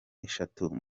eshatu